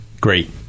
Great